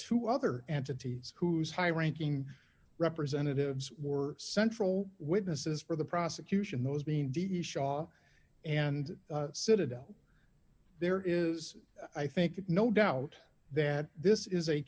two other entities whose high ranking representatives were central witnesses for the prosecution those being d e shaw and citadel there is i think no doubt that this is a